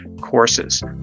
courses